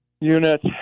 unit